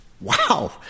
Wow